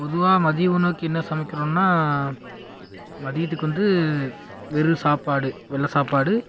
பொதுவாக மதிய உணவுக்கு என்ன சமைக்கணுன்னா மதியத்துக்கு வந்து வெறும் சாப்பாடு வெள்ளை சாப்பாடு